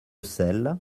celles